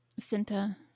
Cinta